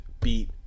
beat